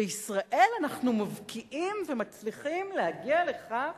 בישראל אנחנו מבקיעים ומצליחים להגיע לכך